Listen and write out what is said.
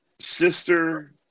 sister